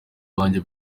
banjye